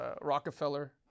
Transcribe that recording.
Rockefeller